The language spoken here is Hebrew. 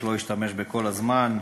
ואיילת שקד,